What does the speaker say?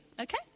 okay